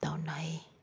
ꯇꯧꯅꯩ